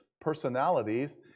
personalities